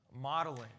modeling